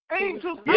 angels